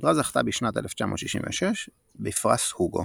הסדרה זכתה בשנת 1966 ב"פרס הוגו"